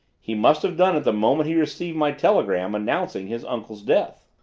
he must have done it the moment he received my telegram announcing his uncle's death.